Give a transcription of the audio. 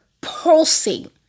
pulsing